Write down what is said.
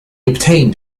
obtained